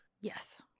Yes